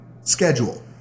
schedule